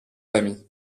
amis